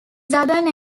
southern